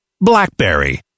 BlackBerry